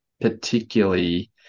particularly